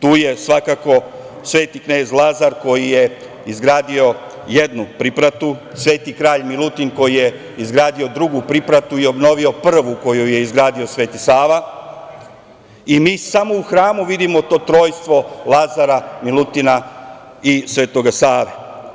tu je svakako Sveti knez Lazar koji je izgradio jednu pripratu, Sveti kralj Milutin koji je izgradio drugu pripratu i obnovio prvu koju je izgradio Sveti Sava i mi samo u hramu vidimo to trojstvo Lazara, Milutina i Svetog Save.